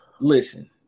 listen